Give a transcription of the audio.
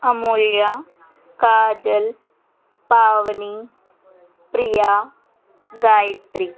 Amulya Kajal Pavani Priya Gayatri